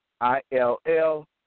I-L-L